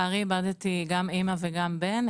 איבדתי גם אימא וגם בן.